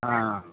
हा